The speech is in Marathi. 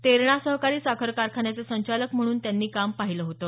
तेरणा सहकारी साखर कारखान्याचे संचालक म्हणूनही त्यांनी काम पाहिलं होतं